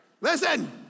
listen